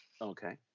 Okay